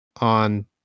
on